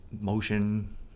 motion